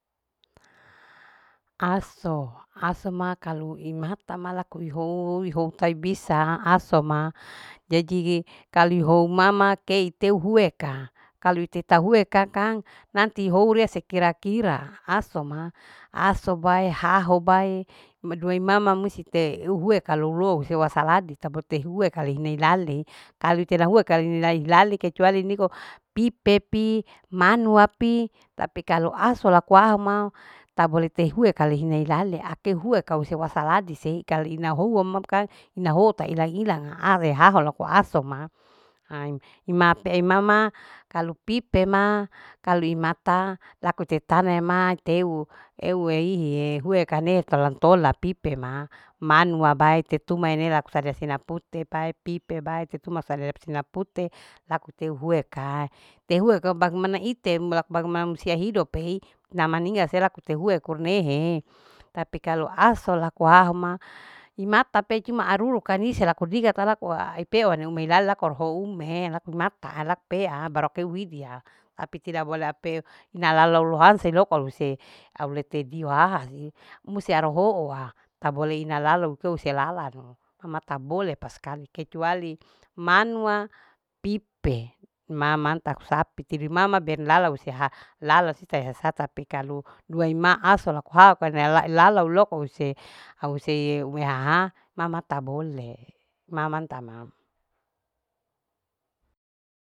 Iyanu iyanma ama wi ama weiduma, weidu ma un duo, eye atiho laku iya au weidu mama ama widu kalo alo au lelalu te ma iyaye iyau, iyau saedu iya suno. iya momare iya titiho iya iye. iya iye romo, iya pika ee iyaro iyaro iyarowo iya udido ma iya nolo laute ma iye iyaiye iyai iya usaenu ma. iya usaenu ma lakue iya iye lolo iya luma. luma piseme iyan mama yeeiya aku suka uaema cuma iya titiho laku iaromo iyan mama ya aku suka wuaima cuma ya titiho laku iaromo ma iyan mama aku suka hu ayema karna ina isi ina aduse isni ina aku saka lu aya jadi biar loha teke lakou irasa mateke lako auwae aku suka una ke rikitia iyanu iyan dua imama iya titoho laku iyae romoma ia aduse iromo biar lohana mati kei rasa ai jadi aku suka cuma ya iyau kusuka ya ma tapi lain di mama aku idimani ika aku ingine bara kuae kalu tae. tae siue tapi kali iya titiho laku roumu imama kusuka ya.